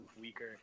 weaker